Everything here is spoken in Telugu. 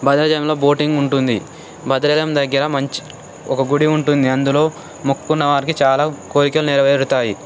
భద్రాచలంలో బోటింగ్ ఉంటుంది భద్రాచలం దగ్గర మంచి ఒక గుడి ఉంటుంది అందులో మొక్కుకున్న వారికి చాలా కోరికలు నెరవేరుతాయి